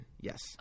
Yes